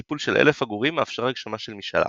קיפול של אלף עגורים מאפשר הגשמה של משאלה.